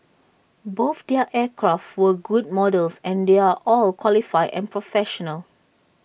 both their aircraft were good models and they're all qualified and professional